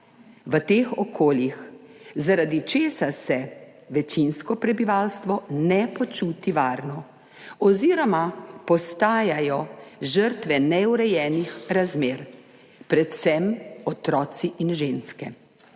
v teh okoljih, zaradi česar se večinsko prebivalstvo ne počuti varno oziroma postajajo žrtve neurejenih razmer predvsem otroci in ženske.